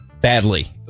badly